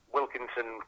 Wilkinson